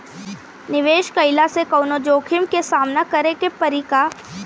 निवेश कईला से कौनो जोखिम के सामना करे क परि का?